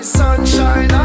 sunshine